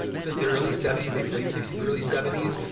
since the early seventy s maybe late sixty s early seventy s